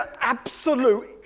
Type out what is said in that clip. absolute